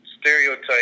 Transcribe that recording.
stereotype